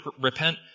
repent